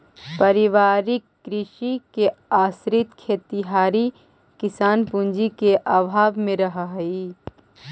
पारिवारिक कृषि पर आश्रित खेतिहर किसान पूँजी के अभाव में रहऽ हइ